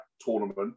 tournament